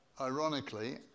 Ironically